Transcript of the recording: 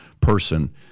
person